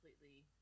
completely